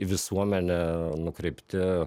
į visuomenę nukreipti